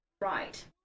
Right